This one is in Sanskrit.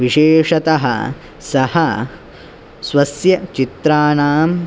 विशेषतः सः स्वस्य चित्राणां